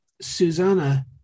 Susanna